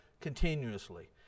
continuously